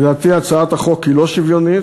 לדעתי, הצעת החוק היא לא שוויונית,